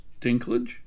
dinklage